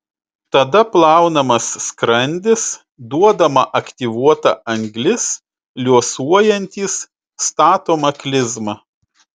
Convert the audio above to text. tada plaunamas skrandis duodama aktyvuota anglis liuosuojantys statoma klizma